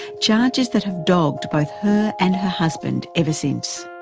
charges that have dogged bot her and her husband ever since.